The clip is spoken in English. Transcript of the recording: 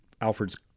Alfred's